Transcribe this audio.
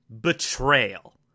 Betrayal